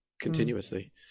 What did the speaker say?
continuously